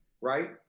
right